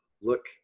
look